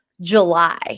July